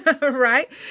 Right